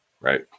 right